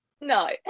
no